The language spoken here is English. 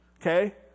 okay